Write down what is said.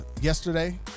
yesterday